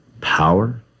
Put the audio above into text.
power